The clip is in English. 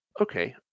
Okay